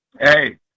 Hey